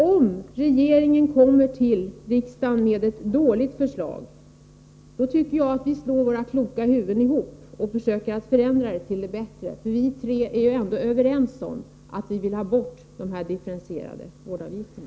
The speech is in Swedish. Om regeringen kommer till riksdagen med ett dåligt förslag, tycker jag att vi slår våra kloka huvuden ihop och försöker förändra det till det bättre. Vi tre är ju ändå överens om att vi vill ha bort de differentierade vårdavgifterna.